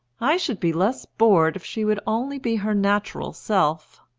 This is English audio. i should be less bored if she would only be her natural self,